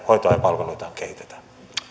hoitoa ja palveluita kehitetään